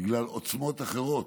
בגלל עוצמות אחרות,